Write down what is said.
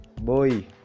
boy